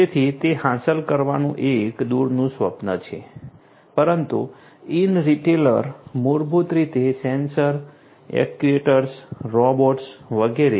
તેથી તે હાંસલ કરવાનું એક દૂરનું સ્વપ્ન છે પરંતુ ઇન રિટેલર મૂળભૂત રીતે સેન્સર એક્ટ્યુએટર્સ રોબોટ્સ વગેરે